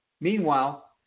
Meanwhile